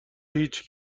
هیچ